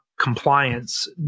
compliance